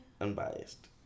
unbiased